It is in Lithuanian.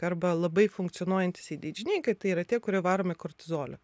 arba labai funkcionuojantys eidyeidždyinkai tai yra tie kurie varomi kortizolio